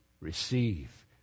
receive